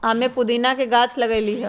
हम्मे पुदीना के गाछ लगईली है